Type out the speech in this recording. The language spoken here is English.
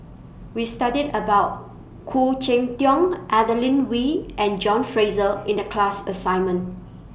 We studied about Khoo Cheng Tiong Adeline Wee and John Fraser in The class assignment